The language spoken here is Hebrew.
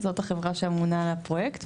זאת החברה שאמונה על הפרויקט,